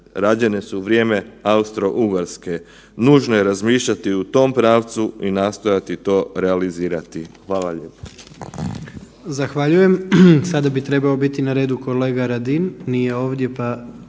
rađene su u vrijeme Austro-Ugarske. Nužno je razmišljati u tom pravcu i nastojati to realizirati. Hvala lijepo. **Jandroković, Gordan (HDZ)** Zahvaljujem. Sada bi trebao biti na redu kolega Radin, nije ovdje pa